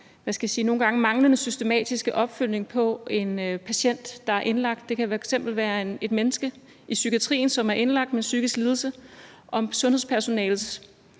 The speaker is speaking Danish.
manglende systematiske opfølgning på en patient, der er indlagt. Det kan f.eks. være et menneske i psykiatrien, som er indlagt med en psykisk lidelse, og sundhedspersonalets